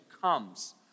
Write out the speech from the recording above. comes